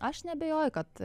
aš neabejoju kad